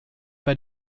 bei